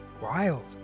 wild